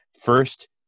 first